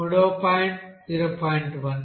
మూడవ పాయింట్ 0